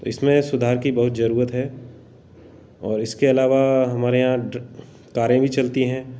इसमें सुधार की बहुत ज़रूरत है और इसके अलावा हमारे यहाँ ट्र कारें भी चलती हैं